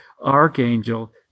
archangel